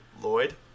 Lloyd